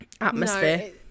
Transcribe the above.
atmosphere